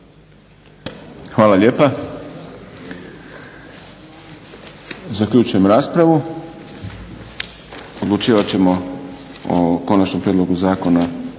Hvala lijepa. Zaključujem raspravu. Odlučivat ćemo o konačnom prijedlogu zakona